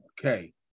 Okay